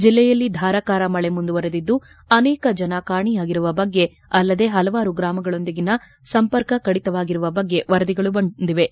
ಜಿಲ್ಲೆಯಲ್ಲಿ ಧಾರಾಕಾರ ಮಳೆ ಮುಂದುವರೆದಿದ್ದು ಅನೇಕ ಜನ ಕಾಣೆಯಾಗಿರುವ ಬಗ್ಗೆ ಅಲ್ಲದೆ ಪಲವಾರು ಗ್ರಾಮಗಳೊಂದಿಗಿನ ಸಂಪರ್ಕ ಕಡಿತವಾಗಿರುವ ಬಗ್ಗೆ ವರದಿಗಳು ಬಂದಿವೆ